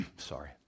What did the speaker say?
sorry